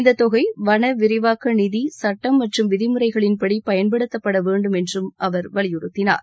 இந்த தொகை வள விரிவாக்க நிதி சுட்டம் மற்றும் விதிமுறைகளின்படி பயன்படுத்தப்படவேண்டும் என்றும் அவர் வலியுறுத்தினார்